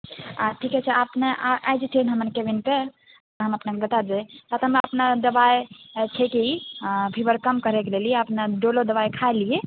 आ ठीके छै अपने आबि जेतियै ने हमर क्लिनिक पे तऽ हम अपनेके बता देबै अपने दबाइ खेबै हँ फीवर कम करैके लिए अपने डोलो दबाइ खा लिए